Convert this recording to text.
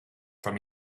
from